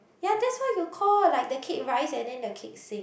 ya that's why you call like the cake rise and then the cake sink